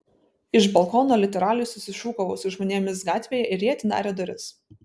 iš balkono literaliai susišūkavau su žmonėmis gatvėje ir jie atidarė duris